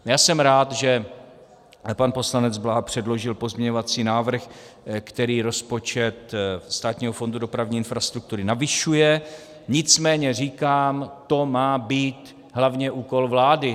Já jsem rád, že pan poslanec Blaha předložil pozměňovací návrh, který rozpočet Státního fondu dopravní infrastruktury navyšuje, nicméně říkám, to má být hlavně úkol vlády.